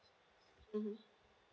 mm